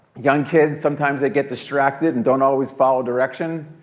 young kids, sometimes they get distracted and don't always follow direction.